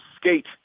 skate